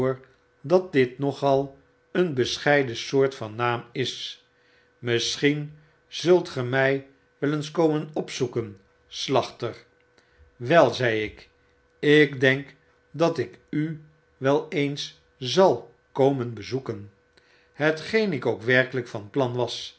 dat dit nogal een bescheiden soort van naam is misschien zult ge my wel eens komen opzoeken slachter bwel zei ik ik denk dat ik u wel eens ml komen bezoeken tm hetgeen ik ook werkelyk van plan was